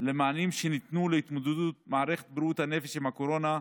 על המענים שניתנו להתמודדות מערכת בריאות הנפש עם הקורונה,